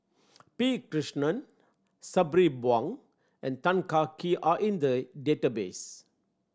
P Krishnan Sabri Buang and Tan Kah Kee are in the database